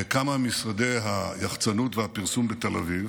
בכמה ממשרדי היחצנות והפרסום בתל אביב